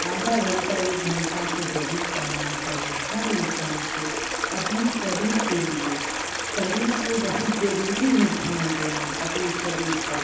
आधा घन्टा एक घन्टा तो ज़रूर टहलना चाहिए हर इन्सान को अपने शरीर के लिए शरीर को बहुत ज़रूरी है ध्यान देना अपने शरीर पर